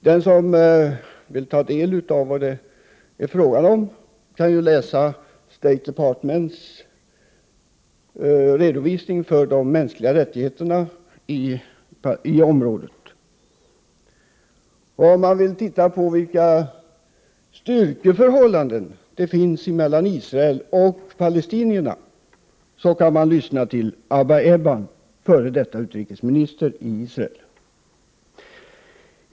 Den som vill ta del av vad det är fråga om kan ju läsa State Departments redovisning för hur det förhåller sig med de mänskliga rättigheterna i området. Om man vill studera styrkeförhållandena mellan Israel och palestinierna kan man lyssna på Abba Eban, f.d. utrikesminister i Israel.